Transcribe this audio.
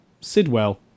Sidwell